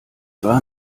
war